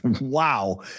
wow